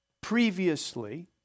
previously